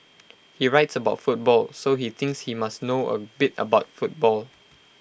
he writes about football so he thinks he must know A bit about football